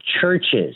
churches